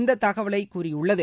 இந்த தகவலை கூறியுள்ளது